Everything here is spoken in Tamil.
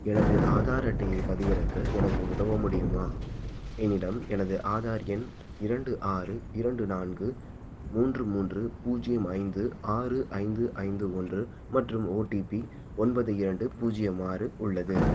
எனது ஆதார் அட்டையை பதிவிறக்க எனக்கு உதவ முடியுமா என்னிடம் எனது ஆதார் எண் இரண்டு ஆறு இரண்டு நான்கு மூன்று மூன்று பூஜ்யம் ஐந்து ஆறு ஐந்து ஐந்து ஒன்று மற்றும் ஓடிபி ஒன்பது இரண்டு பூஜ்யம் ஆறு உள்ளது